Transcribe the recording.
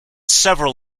several